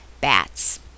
bats